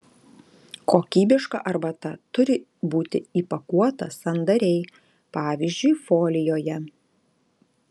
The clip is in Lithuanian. kokybiška arbata turi būti įpakuota sandariai pavyzdžiui folijoje